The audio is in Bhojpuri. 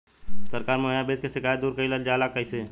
सरकारी मुहैया बीज के शिकायत दूर कईल जाला कईसे?